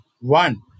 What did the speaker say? One